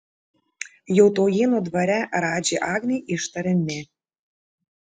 jau taujėnų dvare radži agnei ištarė ne